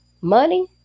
money